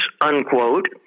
unquote